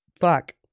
Fuck